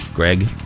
Greg